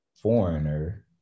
foreigner